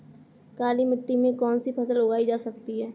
काली मिट्टी में कौनसी फसल उगाई जा सकती है?